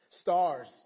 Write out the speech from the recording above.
Stars